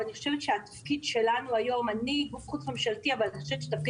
אני חושבת שהתפקיד שלנו היום אני גוף חוץ-ממשלתי בהבנה